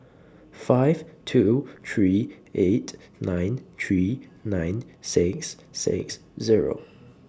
five two three eight nine three nine six six Zero